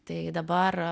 tai dabar